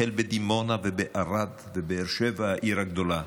החל בדימונה, ערד ובאר שבע, העיר הגדולה,